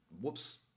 whoops